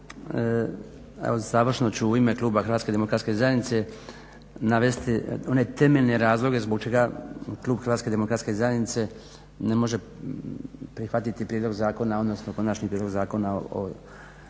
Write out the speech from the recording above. završno ću u ime kluba Hrvatske demokratske zajednice navesti one temeljne razloge zbog čega klub Hrvatske demokratske zajednice ne može prihvatiti prijedlog zakona, odnosno Konačni prijedlog zakona o prostornom